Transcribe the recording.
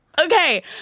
Okay